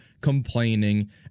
complaining